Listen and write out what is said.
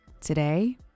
Today